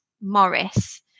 Morris